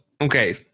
okay